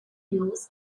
use